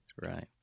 Right